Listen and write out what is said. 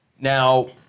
Now